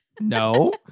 No